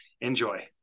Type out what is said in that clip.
Enjoy